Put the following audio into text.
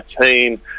team